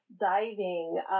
diving